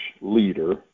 leader